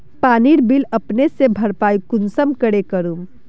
पानीर बिल अपने से भरपाई कुंसम करे करूम?